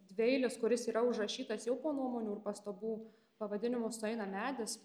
dvieilis kuris yra užrašytas jau po nuomonių ir pastabų pavadinimų sueina medis